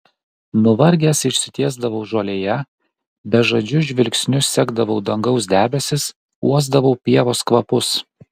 nuvargęs išsitiesdavau žolėje bežadžiu žvilgsniu sekdavau dangaus debesis uosdavau pievos kvapus